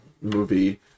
movie